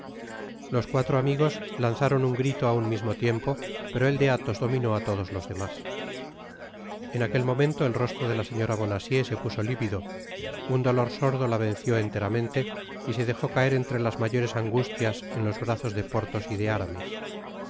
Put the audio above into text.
los cuatro amigos lanzaron un grito á un mismo tiempo pero el de athos dominó á todos los demás en aquel momento el rostro de la señora bonacieux se puso livido un dolor sordo la venció enteramente y se dejó caer entre las mayores angustias en los brazos de porthos y de aramis